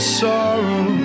sorrow